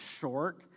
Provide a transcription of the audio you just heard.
short